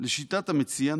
לשיטת המציע,